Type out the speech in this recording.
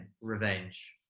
revenge